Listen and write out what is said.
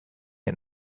and